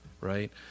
right